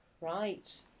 Right